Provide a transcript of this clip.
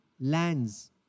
lands